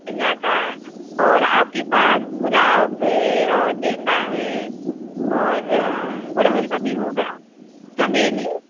मिल जाता और आपके पास गुलाब है और गेंदा है और गुड़हल का भी होगा चमेली